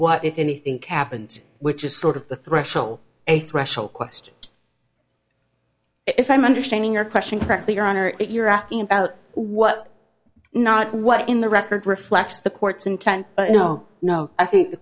what if anything cap and which is sort of the threshold a threshold question if i'm understanding your question correctly your honor if you're asking about what not what in the record reflects the court's intent no no i think the